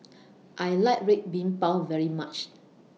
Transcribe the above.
I like Red Bean Bao very much